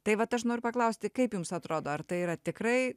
tai vat aš noriu paklausti kaip jums atrodo ar tai yra tikrai